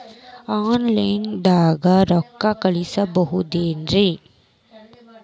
Offline ದಾಗ ರೊಕ್ಕ ಕಳಸಬಹುದೇನ್ರಿ?